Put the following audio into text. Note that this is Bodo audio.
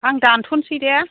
आं दानथ'नोसै दे